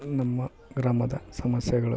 ನಮ್ಮ ಗ್ರಾಮದ ಸಮಸ್ಯೆಗಳು